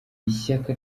ishyaka